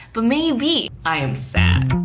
but maybe. i am sad.